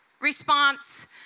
response